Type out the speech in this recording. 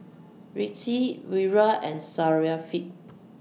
Rizqi Wira and Syafiqah